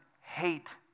hate